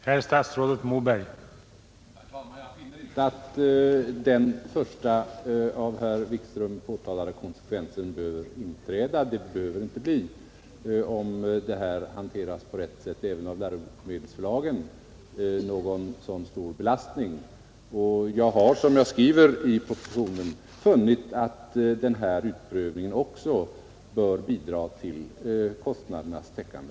Herr talman! Jag finner inte att den första av herr Wikström påtalade konsekvensen behöver inträda, Om detta hanteras på rätt sätt även av läromedelsförlagen behöver det inte bli någon särskilt stor belastning. Jag har, som jag skriver i propositionen, funnit att utprövningen också bör bidra till kostnadernas täckande.